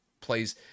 plays